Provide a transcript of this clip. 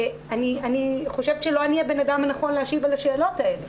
אני חושבת שלא אני הבן אדם הנכון להשיב על השאלות האלה